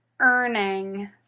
earning